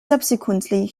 subsequently